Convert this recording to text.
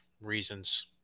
reasons